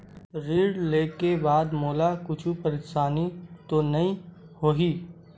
ऋण लेके बाद मोला कुछु परेशानी तो नहीं होही?